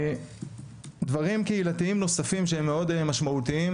דברים קהילתיים נוספים שהם מאוד משמעותיים,